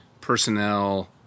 personnel